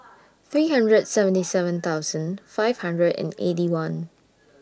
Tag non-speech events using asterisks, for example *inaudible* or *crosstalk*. *noise* three hundred and seventy seven thousand five hundred and Eighty One